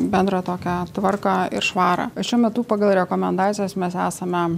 bendrą tokią tvarką ir švarą šiuo metu pagal rekomendacijas mes esame